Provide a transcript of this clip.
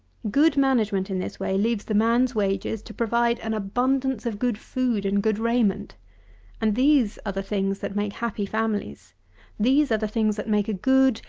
good management in this way leaves the man's wages to provide an abundance of good food and good raiment and these are the things that make happy families these are the things that make a good,